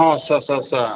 अ आस्सा सा सा